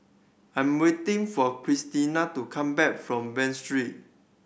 I'm waiting for Christiana to come back from Bain Street